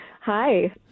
hi